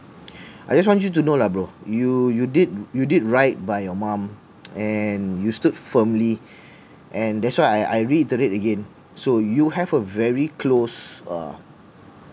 I just want you to know lah bro you you did you did right by your mom and you stood firmly and that's why I I reiterate again so you have a very close uh